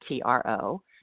TRO